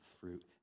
fruit